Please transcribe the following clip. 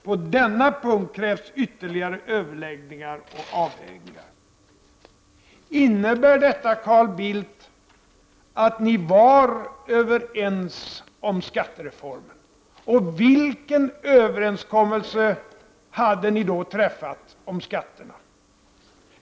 På denna punkt krävs ytterligare överläggningar och avvägningar.” Innebär detta, Carl Bildt, att ni var överens om skattereformen, och vilken överenskommelse hade ni då träffat om skatterna?